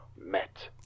met